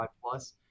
Plus